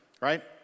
right